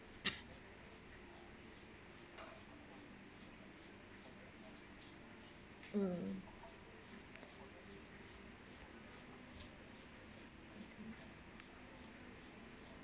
mm